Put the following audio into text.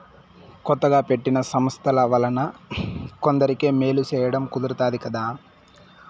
కొత్తగా పెట్టిన సంస్థల వలన కొందరికి మేలు సేయడం కుదురుతాది కదా